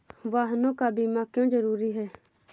वाहनों का बीमा क्यो जरूरी है?